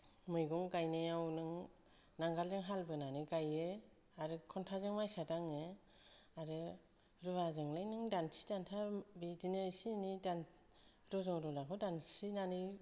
मैगं गायनायाव नों नांगोलजों हाल बोनानै गायो आरो खन्थाजों माइसा दाङो आरो रुवाजोंलाय नों दान्थि दान्था बिदिनो इसे एनै दान रज' रलाखौ दानसिनानै